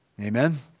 Amen